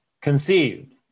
conceived